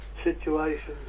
Situations